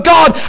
God